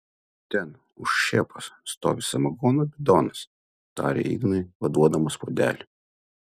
ten už šėpos stovi samagono bidonas tarė ignui paduodamas puodelį